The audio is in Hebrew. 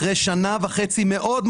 אחרי שנה וחצי קשות מאוד,